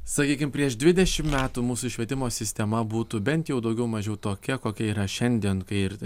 sakykim prieš dvidešimt metų mūsų švietimo sistema būtų bent jau daugiau mažiau tokia kokia yra šiandien ir